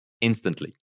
instantly